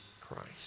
Christ